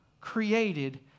created